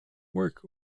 work